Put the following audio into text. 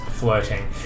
flirting